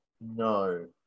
no